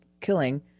killing